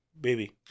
Baby